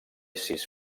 sis